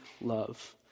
love